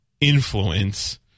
influence